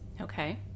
okay